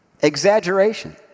Exaggeration